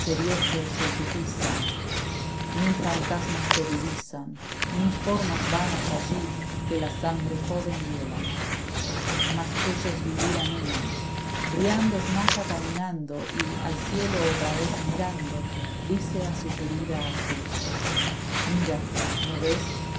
es el que pisan mil fantasmas se divisan la cautiva mil formas vanas ajlí que la sangre joven hielan mas ellos vivir anhelan brian desmaya caminando y al cielo otra vez mirando dice a su querida asi mira no ves